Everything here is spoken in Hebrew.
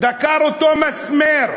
דקר אותו מסמר,